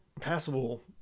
Passable